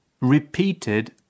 repeated